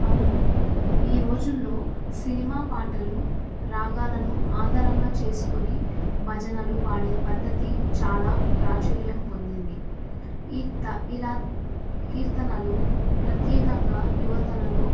అవును ఈ రోజుల్లో సినిమా పాటలు రాగాలను ఆధరంగా చేసుకుని భజనలు పాడే పద్ధతి చాలా ప్రాచుర్యం పొందింది ఈ త ఇలా కీర్తనలు ప్రత్యేకంగా యువతలో